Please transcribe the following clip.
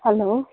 hello